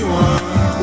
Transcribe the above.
one